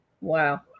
Wow